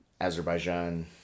Azerbaijan